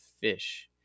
fish